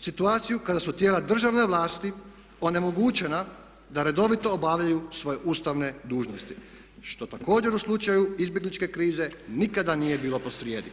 situaciju kada su tijela državne vlasti onemogućena da redovito obavljaju svoje ustavne dužnosti što također u slučaju izbjegličke krize nikada nije bilo posrijedi.